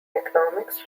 economics